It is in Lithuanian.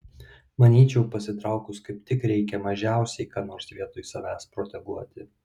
manyčiau pasitraukus kaip tik reikia mažiausiai ką nors vietoj savęs proteguoti